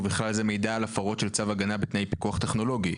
ובכלל זה מידע על הפרות של צו הגנה בתנאי פיקוח טכנולוגי,